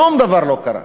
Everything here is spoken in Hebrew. שום דבר לא קרה.